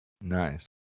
Nice